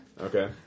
Okay